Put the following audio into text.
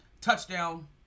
touchdown